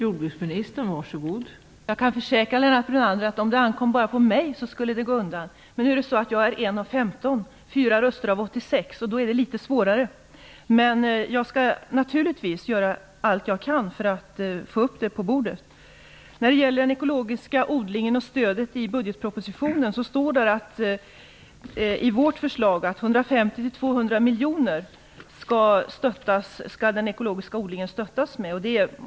Fru talman! Jag kan försäkra Lennart Brunander, att om det ankom bara på mig skulle det gå undan. Men jag är en av 15, och vi har 4 röster av 86, och det gör det litet svårare. Jag skall naturligtvis göra allt jag kan för att få upp frågan på bordet. När det gäller den ekologiska odlingen och stödet i budgetpropositionen är vårt förslag att den ekologiska odlingen skall stödjas med 150-200 miljoner.